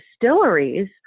distilleries